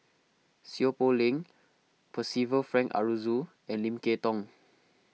Seow Poh Leng Percival Frank Aroozoo and Lim Kay Tong